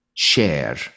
share